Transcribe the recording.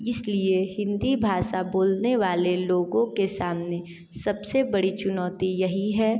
इसलिए हिंदी भाषा बोलने वाले लोगों के सामने सबसे बड़ी चुनौती यही है